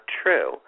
true